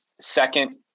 second